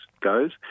goes